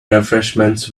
refreshments